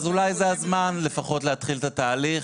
אז אולי זה הזמן לפחות להתחיל את התהליך,